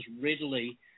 readily